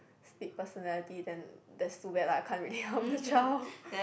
split personality then that's too bad lah I can't really help the child